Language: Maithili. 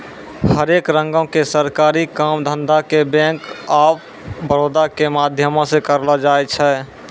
हरेक रंगो के सरकारी काम धंधा के बैंक आफ बड़ौदा के माध्यमो से करलो जाय छै